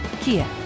Kia